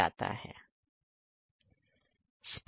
ठीक है